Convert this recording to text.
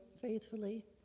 faithfully